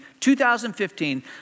2015